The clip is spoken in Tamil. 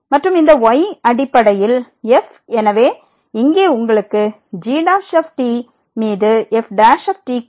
மற்றும் இந்த y அடிப்படையில் f எனவே இங்கே உங்களுக்கு g மீது f கிடைக்கும்